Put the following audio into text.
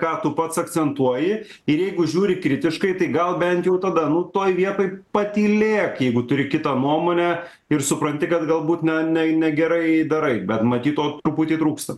ką tu pats akcentuoji ir jeigu žiūri kritiškai tai gal bent jau tada nu toj vietoj patylėk jeigu turi kitą nuomonę ir supranti kad galbūt na ne negerai darai bet matyt to truputį trūksta